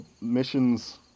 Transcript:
missions